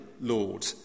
lord